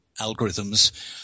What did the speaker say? algorithms